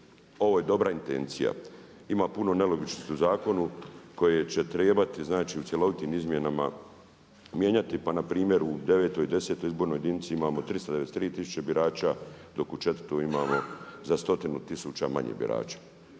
ovo je dobra intencija. Ima pun nelogičnosti u zakonu koje će trebati znači u cjelovitim izmjenama mijenjati pa npr. u 9. i 10. izbornoj jedinici imamo 393 tisuće birača dok u 4. imamo za stotinu tisuća manje birača.